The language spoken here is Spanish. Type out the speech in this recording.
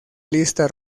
lista